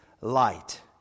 light